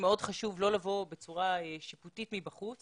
מאוד חשוב לא לבוא בצורה שיפוטית מבחוץ